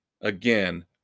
Again